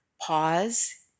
pause